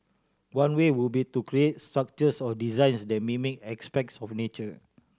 one way would be to create structures or designs that mimic aspects of nature